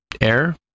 Air